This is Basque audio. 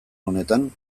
honetan